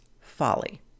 folly